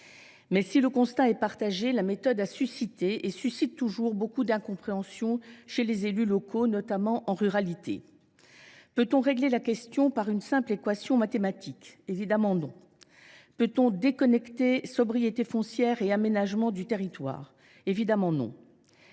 Mais, si le constat est partagé, la méthode a suscité et suscite toujours beaucoup d’incompréhension chez les élus locaux, notamment en ruralité. Peut on régler la question par une simple équation mathématique ? Évidemment, non. Peut on déconnecter sobriété foncière et aménagement du territoire ? Évidemment, non.